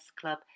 Club